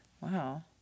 Wow